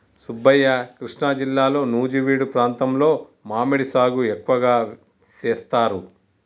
సుబ్బయ్య కృష్ణా జిల్లాలో నుజివీడు ప్రాంతంలో మామిడి సాగు ఎక్కువగా సేస్తారు